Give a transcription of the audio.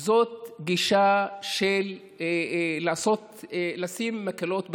זאת גישה של לשים מקלות בגלגלים.